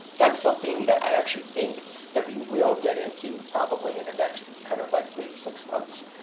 that's something that i actually think that we will get into probably in the next kind of like three to six months.